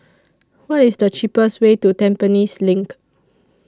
What IS The cheapest Way to Tampines LINK